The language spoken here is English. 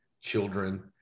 children